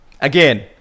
Again